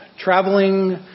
traveling